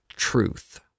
truth